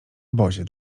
obozie